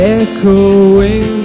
echoing